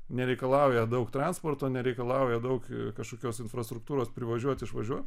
nereikalauja daug transporto nereikalauja daug ir kažkokios infrastruktūros privažiuoti išvažiuot